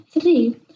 three